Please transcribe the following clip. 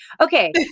Okay